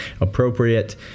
appropriate